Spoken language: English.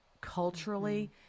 culturally